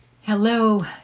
Hello